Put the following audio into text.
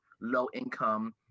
low-income